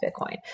Bitcoin